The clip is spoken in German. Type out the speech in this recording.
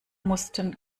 mussten